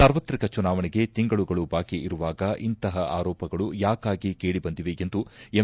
ಸಾರ್ವತ್ರಿಕ ಚುನಾವಣೆಗೆ ತಿಂಗಳುಗಳು ಬಾಕಿಯಿರುವಾಗ ಇಂತಹ ಆರೋಪಗಳು ಯಾಕಾಗಿ ಕೇಳಿ ಬಂದಿವೆ ಎಂದು ಎಂ